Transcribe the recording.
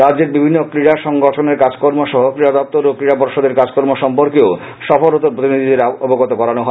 রাজ্যের বিভিন্ন ক্রীড়া সংগঠনের কাজকর্ম সহ ক্রীড়া দপ্তর ও ক্রীড়া পর্ষদের কাজকর্ম সম্পর্কেও সফররত প্রতিনিধিদের অবগত করানো হয়